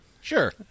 Sure